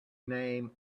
name